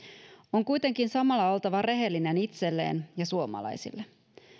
on kuitenkin samalla oltava rehellinen itselleen ja suomalaisille